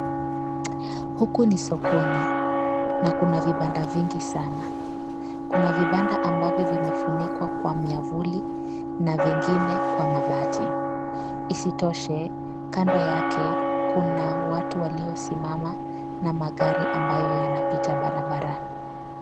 Huku ni sokono na kuna vibanda vingi sana. Kuna vibanda ambavyo vimefunikwa kwa miavuli na vingine kwa mabati. Isitoshe, kando yake kuna watu waliosimama na magari ambayo yanapita barabarani.